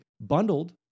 bundled